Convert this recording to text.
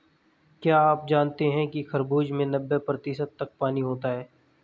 क्या आप जानते हैं कि खरबूजे में नब्बे प्रतिशत तक पानी होता है